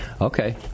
Okay